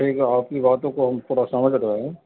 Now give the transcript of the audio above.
ٹھیک ہے آپ کی باتوں کو ہم پورا سمجھ رہے ہیں